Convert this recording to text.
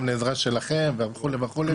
בעזרה שלכם וכו' וכו',